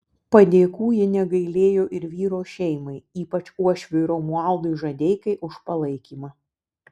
padėkų ji negailėjo ir vyro šeimai ypač uošviui romualdui žadeikai už palaikymą